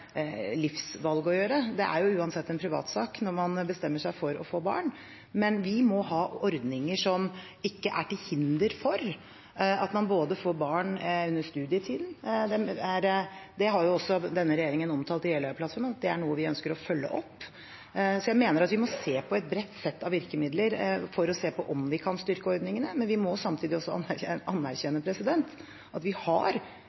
livsvalg å gjøre; det er uansett en privatsak når man bestemmer seg for å få barn. Men vi må ha ordninger som ikke er til hinder for at man får barn, heller ikke i studietiden, og det er noe denne regjeringen har omtalt i Jeløya-plattformen at vi ønsker å følge opp. Jeg mener at vi må se på et bredt sett av virkemidler for å se om vi kan styrke ordningene, men vi må samtidig også anerkjenne at vi har